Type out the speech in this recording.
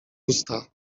usta